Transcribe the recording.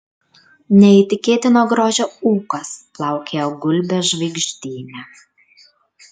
neįtikėtino grožio ūkas plaukioja gulbės žvaigždyne